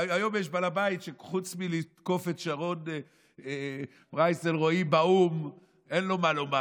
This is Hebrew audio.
היום יש בעל בית שחוץ מלתקוף את שרון אלרעי פרייס באו"ם אין לו מה לומר.